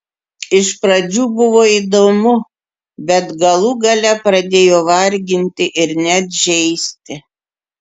iš pradžių buvo įdomu bet galų gale pradėjo varginti ir net žeisti